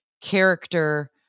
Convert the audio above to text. character